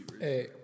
Hey